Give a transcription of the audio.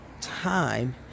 time